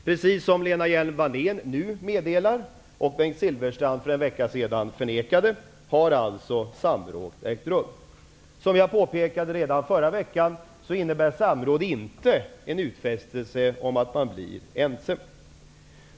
Precis som Lena Hjelm-Wallén meddelar, och Bengt Silfverstrand för en vecka sedan förnekade, har alltså samråd ägt rum. Som jag påpekade redan förra veckan innebär samråd inte en utfästelse om att man blir ense.